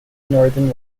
northern